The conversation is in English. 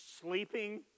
sleeping